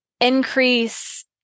increase